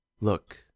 Look